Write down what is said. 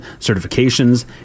certifications